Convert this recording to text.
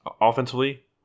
Offensively